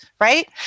right